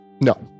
No